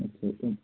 আচ্ছা